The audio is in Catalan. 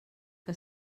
que